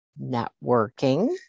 networking